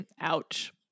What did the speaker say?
Ouch